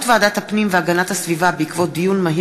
הצעת חוק למניעת העסקה של עברייני מין במוסדות מסוימים (תיקון,